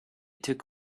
took